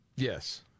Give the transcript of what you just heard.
Yes